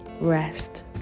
rest